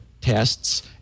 tests